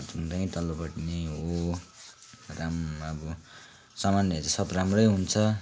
यहीँ तल्लोपट्टि नै हो राम अब सामानहरू सब राम्रै हुन्छ